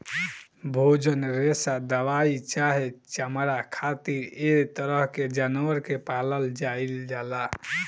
भोजन, रेशा दवाई चाहे चमड़ा खातिर ऐ तरह के जानवर के पालल जाइल जाला